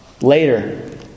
later